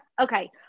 okay